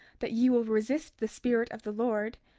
that ye will resist the spirit of the lord,